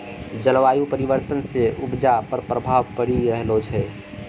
जलवायु परिवर्तन से उपजा पर प्रभाव पड़ी रहलो छै